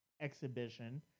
exhibition